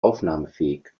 aufnahmefähig